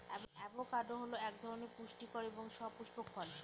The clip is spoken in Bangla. অ্যাভোকাডো হল এক ধরনের সুপুষ্টিকর এবং সপুস্পক ফল